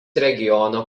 regiono